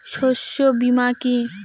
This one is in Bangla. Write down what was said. শস্য বীমা কি?